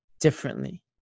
differently